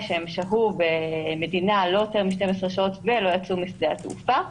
שהם שהו במדינה לא יותר מ-12 שעות ולא יצאו משדה התעופה,